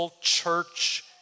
church